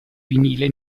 vinile